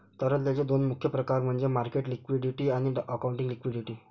तरलतेचे दोन मुख्य प्रकार म्हणजे मार्केट लिक्विडिटी आणि अकाउंटिंग लिक्विडिटी